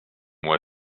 was